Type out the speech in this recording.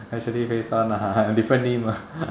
actually phase one lah ha different name lah